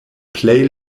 plej